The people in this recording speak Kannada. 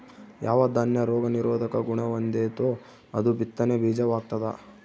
ಯಾವ ದಾನ್ಯ ರೋಗ ನಿರೋಧಕ ಗುಣಹೊಂದೆತೋ ಅದು ಬಿತ್ತನೆ ಬೀಜ ವಾಗ್ತದ